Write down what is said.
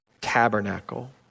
tabernacle